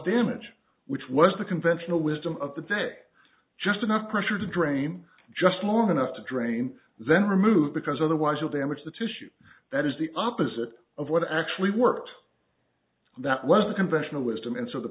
damage which was the conventional wisdom of the day just enough pressure to drain just long enough to drain then remove because otherwise you'll damage the tissue that is the opposite of what actually worked that was the conventional wisdom and so the